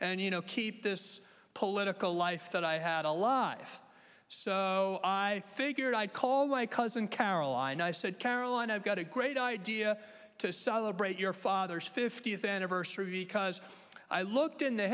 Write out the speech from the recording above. and you know keep this political life that i had to live so i figured i'd call my cousin caroline i said caroline i've got a great idea to celebrate your father's fiftieth anniversary because i looked in the